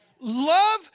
Love